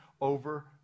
over